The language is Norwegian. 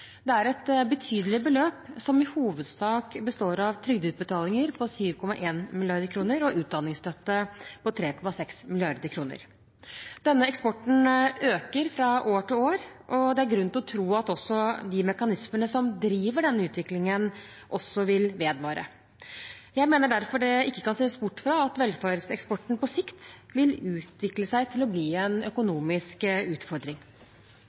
Det er et betydelig beløp, som i hovedsak består av trygdeutbetalinger på 7,1 mrd. kr og utdanningsstøtte på 3,6 mrd. kr. Denne eksporten øker fra år til år, og det er grunn til å tro at også de mekanismene som driver denne utviklingen, vil vedvare. Jeg mener derfor det ikke kan ses bort fra at velferdseksporten på sikt vil utvikle seg til å bli en økonomisk utfordring.